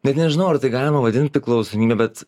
net nežinau ar tai galima vadint priklausomybe bet